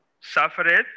suffered